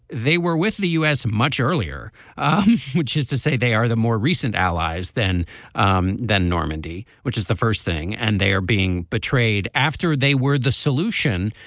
they were with the u s. much earlier which is to say they are the more recent allies than um than normandy which is the first thing and they are being betrayed after they were the solution.